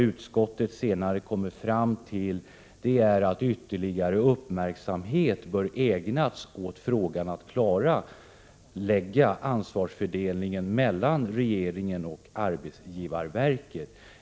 Utskottet har kommit fram till att ytterligare uppmärksamhet bör ägnas åt att klarlägga ansvarsfördelningen mellan regeringen och arbetsgivarverket.